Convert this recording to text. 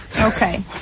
Okay